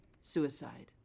Suicide